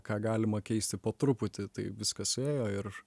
ką galima keisti po truputį tai viskas suėjo ir